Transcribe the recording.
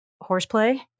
horseplay